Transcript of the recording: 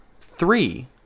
three